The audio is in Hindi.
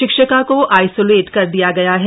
शिक्षिका को आइसोलेट कर दिया गया है